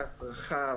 פס רחב,